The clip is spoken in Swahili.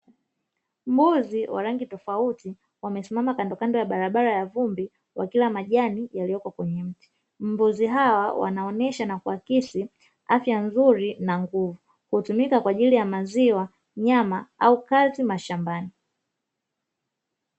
Mbuzi wa rangi tofauti wamesimama kandokando ya barabara ya vumbi wakila majani yaliyoko kwenye mti, mbuzi hawa wanaonesha na kuakisi afya nzuri na nguvu, hutumika kwa ajili ya maziwa, nyama au kazi mashambani.